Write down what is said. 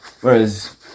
whereas